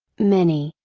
many,